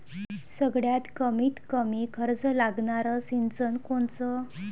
सगळ्यात कमीत कमी खर्च लागनारं सिंचन कोनचं?